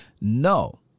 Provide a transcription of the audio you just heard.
No